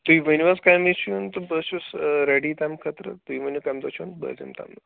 تُہۍ ؤنِو حظ کَمۍ وِزِ چھِ یُن تہٕ بہٕ حظ چھُس رٮ۪ڈی تَمۍ خٲطرٕ تُہۍ ؤنِو کَمہِ دۄہ چھُ یُن بہٕ حظ یِم تَمۍ دۄہ